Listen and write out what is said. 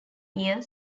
year